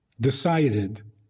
decided